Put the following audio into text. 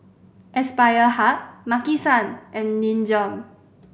Aspire Hub Maki San and Nin Jiom